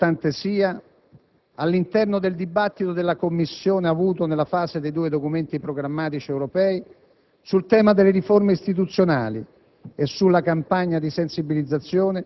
Tutto questo, signor Presidente, fa capire quanto importante sia, all'interno del dibattito che la Commissione ha svolto sulla base dei due documenti programmatici europei,